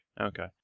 okay